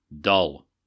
dull